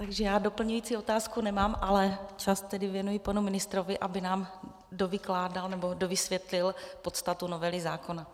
Takže já doplňující otázku nemám, ale čas tedy věnuji panu ministrovi, aby nám dovykládal nebo dovysvětlil podstatu novely zákona.